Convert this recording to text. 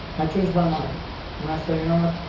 i changed my mind when i say you know what,